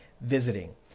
visiting